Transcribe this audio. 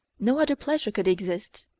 no other pleasure could exist.